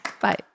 Bye